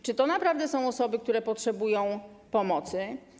Czy to naprawdę są osoby, które potrzebują pomocy?